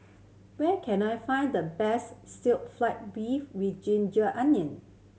where can I find the best stir fried beef with ginger onion